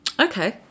Okay